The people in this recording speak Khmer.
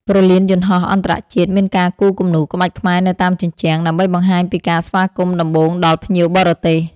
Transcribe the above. ព្រលានយន្តហោះអន្តរជាតិមានការគូរគំនូរក្បាច់ខ្មែរនៅតាមជញ្ជាំង ដើម្បីបង្ហាញពីការស្វាគមន៍ដំបូងដល់ភ្ញៀវបរទេស។